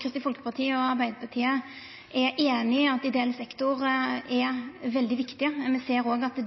Kristeleg Folkeparti og Arbeidarpartiet er einige om at ideell sektor er veldig viktig. Me ser òg at